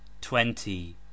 Twenty